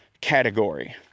category